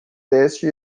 teste